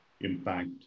impact